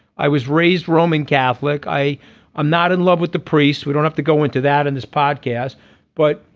i was raised roman catholic. i am not in love with the priest. we don't have to go into that in this podcast but.